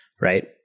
right